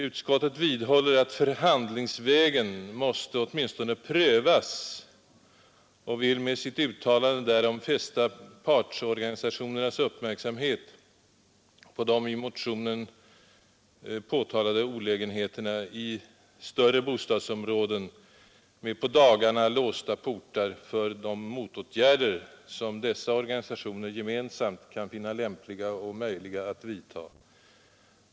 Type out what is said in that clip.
Utskottet vidhåller att förhandlingsvägen åtminstone måste prövas och vill med sitt uttalande därom fästa partsorganisationernas uppmärksamhet på de i motionen påtalade olägenheterna i större bostadsområden med på dagarna låsta portar för de motåtgärder, som dessa organisationer gemensamt kan finna lämpliga och möjliga att vidta.